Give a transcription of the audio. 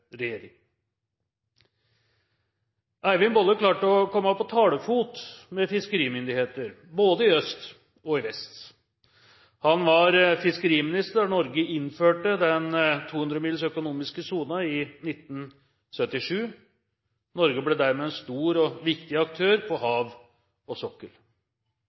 klarte å komme på talefot med fiskerimyndigheter både i øst og vest. Han var fiskeriminister da Norge innførte den 200 mils økonomiske sonen i 1977. Norge ble dermed en stor og viktig aktør på hav og sokkel.